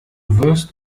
wirst